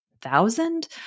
thousand